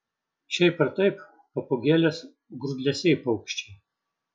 šiaip ar taip papūgėlės grūdlesiai paukščiai